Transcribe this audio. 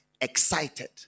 excited